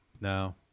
No